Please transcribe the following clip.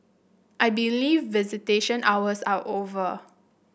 I believe visitation hours are over